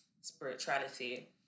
spirituality